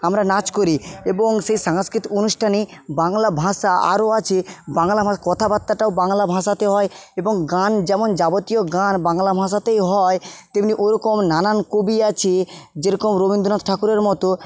আমরা নাচ করি এবং সেই সাংস্কৃতিক অনুষ্ঠানে বাংলা ভাষা আরো আছে বাংলা ভাষা কথাবার্তাটাও বাংলা ভাষাতে হয় এবং গান যেমন যাবতীয় গান বাংলা ভাষাতেই হয় তেমনি ওরকম নানান কবি আছে যেরকম রবীন্দ্রনাথ ঠাকুরের মতো